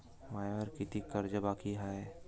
मायावर कितीक कर्ज बाकी हाय?